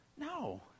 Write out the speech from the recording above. no